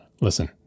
listen